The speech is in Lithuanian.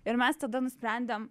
ir mes tada nusprendėm